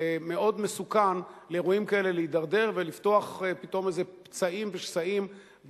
מאוד מסוכן לאירועים כאלה להידרדר ולפתוח פתאום איזה פצעים ושסעים,